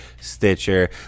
Stitcher